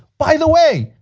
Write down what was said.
by the way,